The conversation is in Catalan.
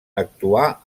actuà